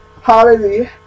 hallelujah